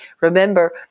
Remember